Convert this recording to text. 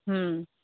হুম